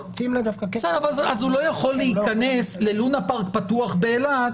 אז הוא לא יכול להיכנס ללונה פארק פתוח באילת,